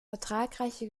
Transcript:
ertragreiche